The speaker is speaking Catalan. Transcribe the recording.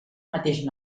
mateix